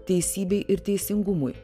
teisybei ir teisingumui